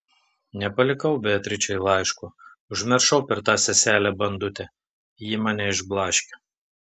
nepalikau beatričei laiško užmiršau per tą seselę bandutę ji mane išblaškė